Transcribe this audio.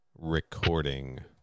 recording